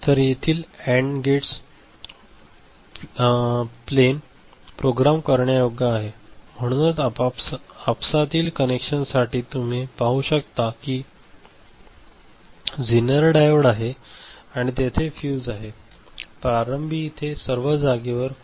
तर येथील AND gates plan program करण्यायोग्य आहे म्हणूनच आपसातील कनेक्शनसाठी तुम्ही पाहू शकता की झेनर डायोड आहे आणि तेथे फ्यूज आहे प्रारंभी इथे सर्व जागेवर असतात